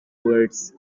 words